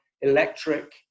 electric